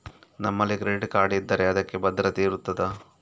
ನಮ್ಮಲ್ಲಿ credit card ಇದ್ದರೆ ಅದಕ್ಕೆ ಭದ್ರತೆ ಇರುತ್ತದಾ?